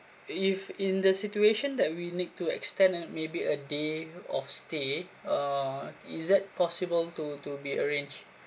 if in the situation that we need to extend ano~ maybe a day of stay uh is that possible to to be arranged